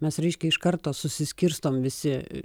mes ryškiai iš karto susiskirstom visi